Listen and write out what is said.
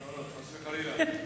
לא, חס וחלילה.